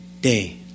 day